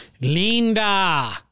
Linda